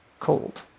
cold